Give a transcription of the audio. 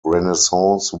renaissance